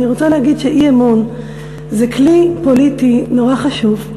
אני רוצה להגיד שאי-אמון זה כלי פוליטי נורא חשוב,